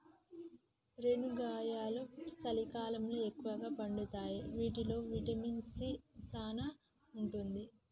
రేనుగాయలు సలికాలంలో ఎక్కుగా పండుతాయి వీటిల్లో విటమిన్ సీ సానా ఉంటది